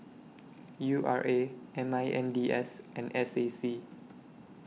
U R A M I N D S and S A C